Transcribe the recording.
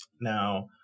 Now